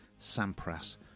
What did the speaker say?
Sampras